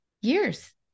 years